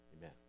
amen